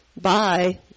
Bye